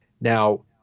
Now